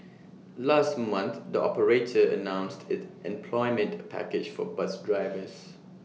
last month the operator announced its employment package for bus drivers